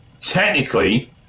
technically